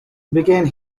began